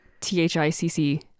T-H-I-C-C